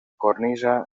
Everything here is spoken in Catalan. cornisa